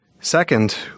Second